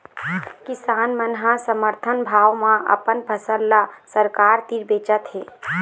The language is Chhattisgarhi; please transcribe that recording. किसान मन ह समरथन भाव म अपन फसल ल सरकार तीर बेचत हे